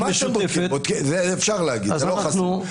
זה אפשר להגיד, זה לא חסוי.